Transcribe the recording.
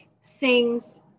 sings